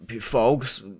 folks